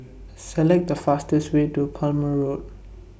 Select The fastest Way to Palmer Road